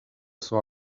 saw